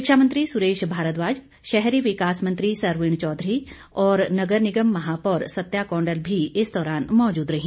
शिक्षा मंत्री सुरेश भारद्वाज शहरी विकास मंत्री सरवीण चौधरी और नगर निगम महापौर सत्या कौंडल भी इस दौरान मौजूद रहीं